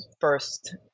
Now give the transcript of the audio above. first